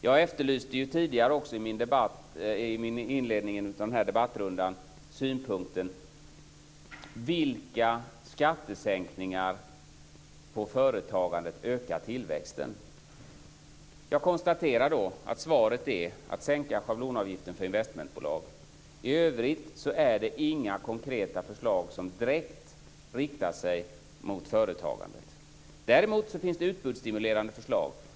Jag efterlyste i inledningen av den här debattrundan synpunkter på vilka skattesänkningar på företagandet som ökar tillväxten. Jag konstaterar då att svaret är att sänka schablonavgiften för investmentbolag. I övrigt är det inga konkreta förslag som direkt riktar sig mot företagandet. Däremot finns det utbudsstimulerande förslag.